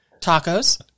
tacos